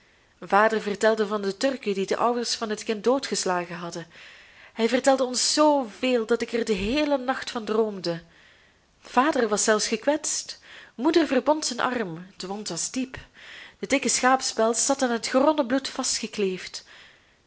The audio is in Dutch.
vader vertelde van de turken die de ouders van het kind doodgeslagen hadden hij vertelde ons zooveel dat ik er den heelen nacht van droomde vader was zelfs gekwetst moeder verbond zijn arm de wond was diep de dikke schaapspels zat aan het geronnen bloed